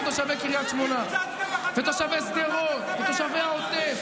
תושבי קריית שמונה ותושבי שדרות ותושבי העוטף.